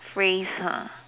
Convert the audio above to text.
phrase ha